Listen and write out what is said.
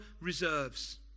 reserves